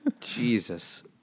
Jesus